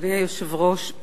אדוני היושב-ראש,